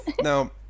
Now